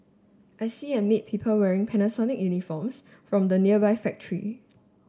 I see and meet people wearing Panasonic uniforms from the nearby factory